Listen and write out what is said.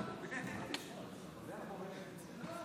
שלוש